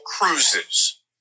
cruises